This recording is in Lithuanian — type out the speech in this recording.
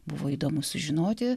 buvo įdomu sužinoti